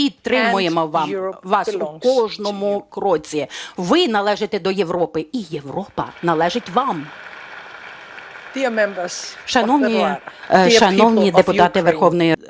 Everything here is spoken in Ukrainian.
підтримуємо вас у кожному кроці. Ви належите до Європи і Європа належить вам. Шановні депутати Верховної Ради,